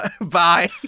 Bye